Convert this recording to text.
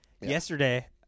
Yesterday